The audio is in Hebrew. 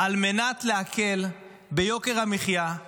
על מנת להקל ביוקר המחיה על